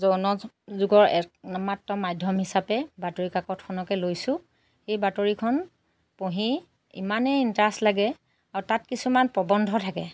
জনযোগৰ একমাত্ৰ মাধ্যম হিচাপে বাতৰি কাকতখনকে লৈছোঁ সেই বাতৰিখন পঢ়ি ইমানেই ইণ্টাৰেষ্ট লাগে আৰু তাত কিছুমান প্ৰৱন্ধ থাকে